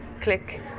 click